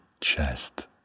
chest